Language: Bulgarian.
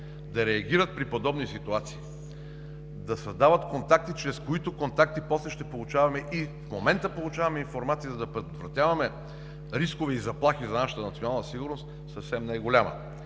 да реагират в подобни ситуации, да създават контакти, чрез които после ще получаваме и в момента получаваме информация, за да предотвратяваме рискове и заплахи за нашата национална сигурност, съвсем не е голяма.